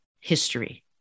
history